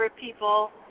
people